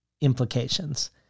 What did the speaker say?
implications